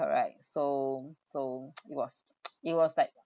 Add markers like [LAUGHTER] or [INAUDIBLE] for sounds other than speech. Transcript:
correct so so it was [NOISE] it was that